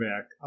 back